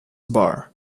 barre